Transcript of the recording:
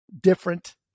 different